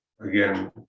again